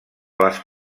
les